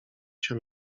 się